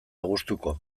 gustuko